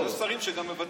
יש גם שרים שמוותרים.